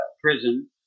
prison